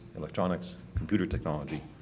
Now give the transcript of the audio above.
electronics, computer technology,